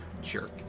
jerk